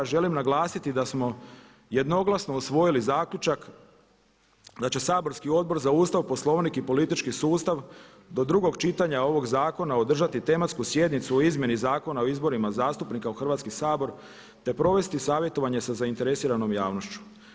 Želim naglasiti da smo jednoglasno usvojili zaključak da će saborski Odbor za Ustav, Poslovnik i politički sustav do drugog čitanja ovog zakona održati tematsku sjednicu o izmjeni Zakona o izborima zastupnika u Hrvatski sabor te provesti savjetovanje sa zainteresiranom javnošću.